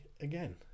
again